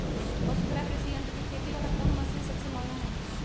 वसुंधरा कृषि यंत्र के खेती वाला कोन मशीन सबसे महंगा हई?